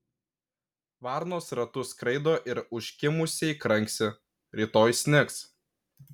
varnos ratu skraido ir užkimusiai kranksi rytoj snigs